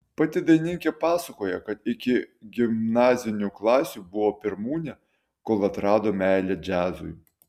pati dainininkė pasakoja kad iki gimnazinių klasių buvo pirmūnė kol atrado meilę džiazui